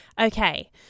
Okay